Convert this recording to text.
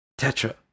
Tetra